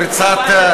פריצת,